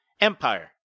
empire